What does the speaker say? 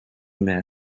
myth